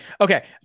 Okay